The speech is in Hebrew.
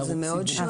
אבל זה מאוד שונה.